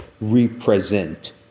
represent